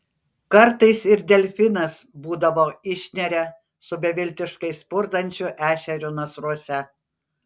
kartais ir delfinas būdavo išneria su beviltiškai spurdančiu ešeriu nasruose